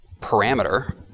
parameter